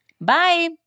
Bye